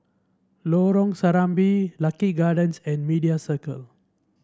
Lorong Serambi Lucky Gardens and Media Circle